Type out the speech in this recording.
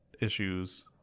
issues